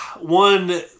one